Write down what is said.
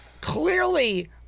clearly